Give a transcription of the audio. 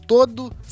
Todo